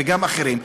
וגם אחרים,